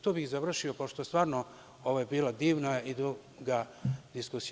Tu bih završio, pošto stvarno ovo je bila divna i duga diskusija.